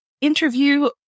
interview